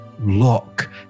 look